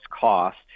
cost